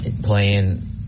playing